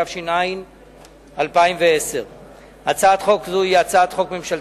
התש"ע 2010. הצעת חוק זו היא הצעת חוק ממשלתית,